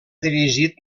dirigit